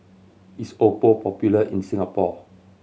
is Oppo popular in Singapore